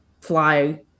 fly